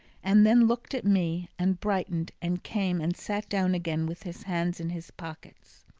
and then looked at me, and brightened, and came and sat down again with his hands in his pockets.